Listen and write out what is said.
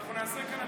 ואנחנו נעשה כאן,